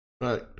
Right